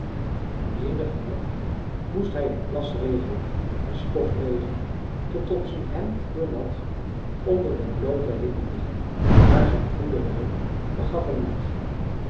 en menigen nacht moest hij in plasregen en stofregen tot op zijn hemd doornat onder den blooten hemel liggen maar zijn goede luim begaf hem niet